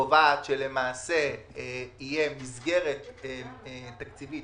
קובעות שתהיה מסגרת תקציבית,